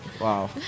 Wow